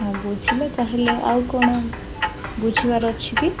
ହଁ ବୁଝିଲେ ତାହେଲେ ଆଉ କ'ଣ ବୁଝିବାର ଅଛି କି